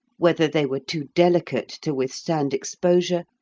whether they were too delicate to withstand exposure,